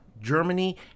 Germany